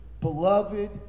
Beloved